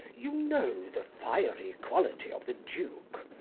you know the fiery quality of the duke,